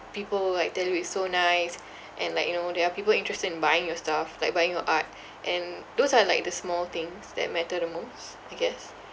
people like tell you it's so nice and like you know there are people interested in buying your stuff like buying your art and then those are like the small things that matter the most I guess